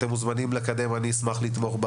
אתם מוזמנים לקדם ואני אשמח לתמוך.